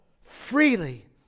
freely